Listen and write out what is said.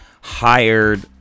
hired